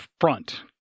front